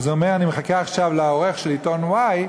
אז הוא אומר: אני מחכה עכשיו לעורך של עיתון y,